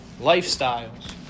lifestyles